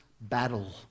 battle